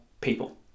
people